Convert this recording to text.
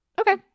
Okay